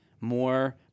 more